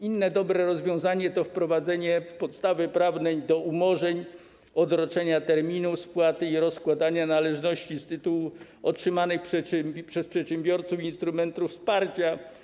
Inne dobre rozwiązanie to wprowadzenie podstawy prawnej do umorzeń odroczenia terminu spłaty i rozkładania należności z tytułu otrzymanej przez przedsiębiorców instrumentów wsparcia.